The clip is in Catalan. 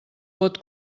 pot